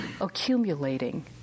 accumulating